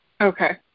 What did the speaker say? Okay